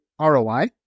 ROI